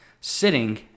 sitting